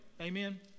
Amen